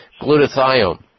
glutathione